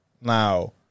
Now